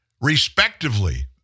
Respectively